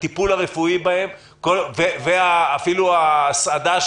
הטיפול הרפואי בהם ואפילו ההסעדה שלהם,